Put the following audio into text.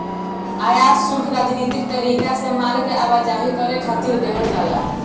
आयात शुल्क राजनीतिक तरीका से माल के आवाजाही करे खातिर देहल जाला